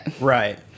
Right